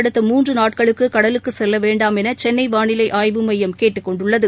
அடுத்த மூன்றுநாட்களுக்குகடலுக்குசெல்லவேண்டாமெனசென்னைவானிலைஆய்வு மையம் கேட்டுக் கொண்டுள்ளது